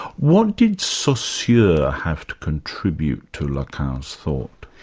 what did so saussure have to contribute to lacan's thought?